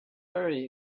very